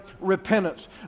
repentance